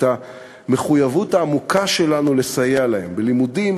המחויבות העמוקה שלנו לסייע להם: בלימודים,